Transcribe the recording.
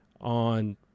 on